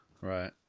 right